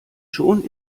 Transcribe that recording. schon